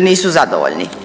nisu zadovoljni.